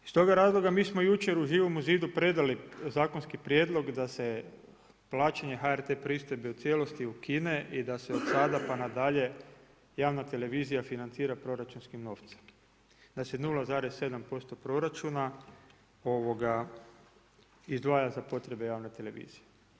Iz toga razloga mi smo jučer u Živom zidu predali zakonski prijedlog da se plaćanje HRT pristojbe u cijelosti ukine i da se od sada pa nadalje javna televizija financira proračunskim novcem, da se 0,7% proračuna izdvaja za potrebe javne televizije.